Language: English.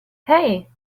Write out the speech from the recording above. hey